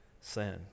sin